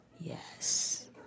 Yes